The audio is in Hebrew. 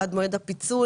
עד מועד הפיצול,